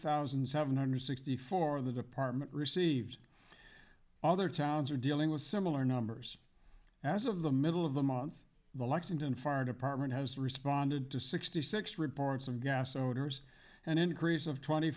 thousand seven hundred sixty four of the department received all their towns are dealing with similar numbers as of the middle of the month the lexington fire department has responded to sixty six reports of gas odors an increase of twenty